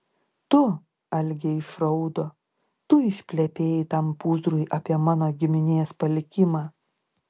tu algė išraudo tu išplepėjai tam pūzrui apie mano giminės palikimą